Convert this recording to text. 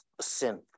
sin